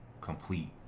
complete